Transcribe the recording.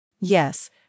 Yes